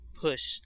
push